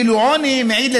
ואילו עוני מעיד,